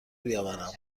بیاورم